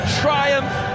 triumph